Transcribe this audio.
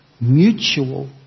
mutual